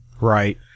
right